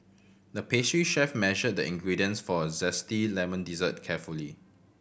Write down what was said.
the pastry chef measured the ingredients for a zesty lemon dessert carefully